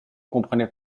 comprenait